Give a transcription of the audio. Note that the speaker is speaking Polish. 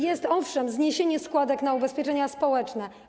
Jest, owszem, zniesienie składek na ubezpieczenia społeczne.